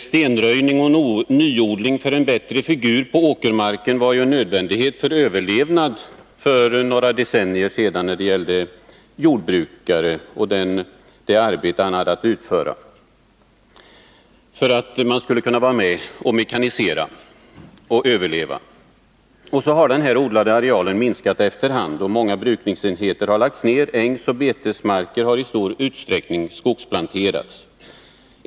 Stenröjning och nyodling för en bättre figur på åkermarken var ju en nödvändighet för jordbrukarens överlevnad för några decennier sedan; han måste mekanisera det arbete han hade att utföra för att kunna överleva. Så har den odlade arealen minskat efter hand, och många brukningsenheter har lagts ned. Ängsoch betesmarker har i stor utsträckning skogsplanterats.